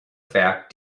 fact